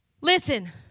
Listen